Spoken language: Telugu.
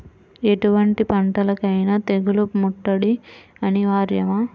ఎటువంటి పంటలకైన తెగులు ముట్టడి అనివార్యమా?